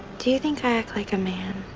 do you think i act like a man?